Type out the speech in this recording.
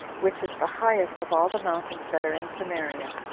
which is the highest of all the mountains that are in samaria